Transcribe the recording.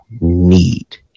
need